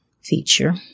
feature